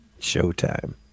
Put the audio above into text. Showtime